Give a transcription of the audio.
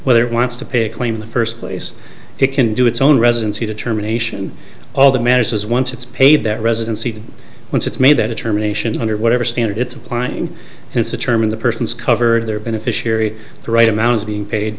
whether it wants to pay a claim in the first place it can do it's own residency determination all that matters is once it's paid that residency it's made that determination under whatever standard it's applying his determine the person's covered their beneficiary the right amount is being paid